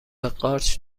قارچ